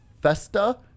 festa